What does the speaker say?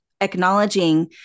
acknowledging